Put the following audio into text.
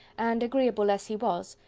and agreeable as he was,